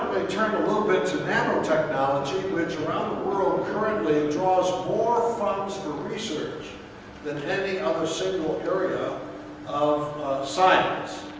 turn a little bit to nanotechnology, which around the world currently draws more funds to research than any other single area of science.